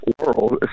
world